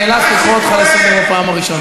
אני נאלץ לקרוא אותך לסדר פעם ראשונה.